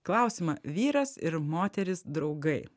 klausimą vyras ir moteris draugai